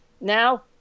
now